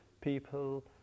people